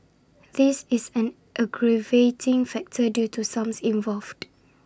this is an aggravating factor due to sums involved